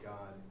God